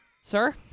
sir